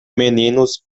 meninos